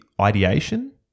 ideation